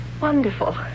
wonderful